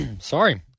Sorry